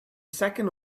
second